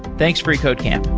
thanks, freecodecamp.